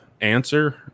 answer